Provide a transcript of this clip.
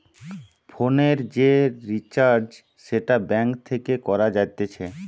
ফোনের যে রিচার্জ সেটা ব্যাঙ্ক থেকে করা যাতিছে